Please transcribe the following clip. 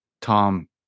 Tom